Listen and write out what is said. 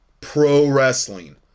Pro-wrestling